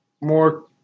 More